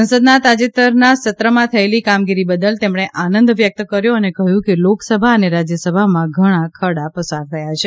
સંસદના તાજેતરના સત્રમાં થયેલી કામગીરી બદલ તેમણે આનંદ વ્યક્ત કર્યો અને કહ્યું કે લોકસભા અને રાજ્યસભામાં ઘણા ખરડા પસાર થયા છે